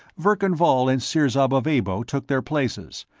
verkan vall and sirzob of abo took their places,